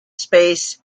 space